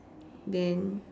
then